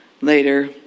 later